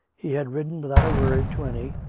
he had ridden, without a word to any,